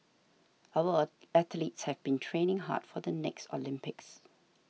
our a athletes have been training hard for the next Olympics